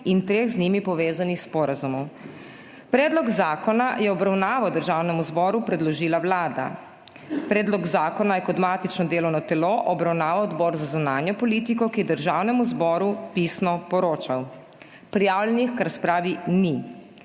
IN TREH Z NJIM POVEZANIH SPORAZUMOV. Predlog zakona je v obravnavo Državnemu zboru predložila Vlada. Predlog zakona je kot matično delovno telo obravnaval Odbor za zunanjo politiko, ki je Državnemu zboru pisno poročal. Prijavljenih k razpravi ni.